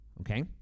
Okay